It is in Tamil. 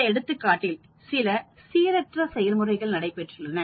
இந்த எடுத்துக்காட்டில் சில சீரற்ற செயல்முறைகள் நடைபெற்றுள்ளன